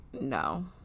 no